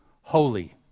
holy